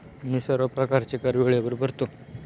मी सर्व प्रकारचे कर वेळेवर भरतो